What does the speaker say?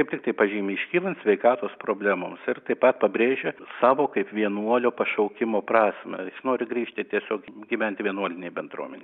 kaip tiktai pažymi iškylant sveikatos problemoms ir taip pat pabrėžia savo kaip vienuolio pašaukimo prasmę jis nori grįžti tiesiog gyventi vienuolinėj bendruomenėj